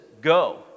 go